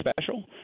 special